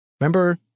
Remember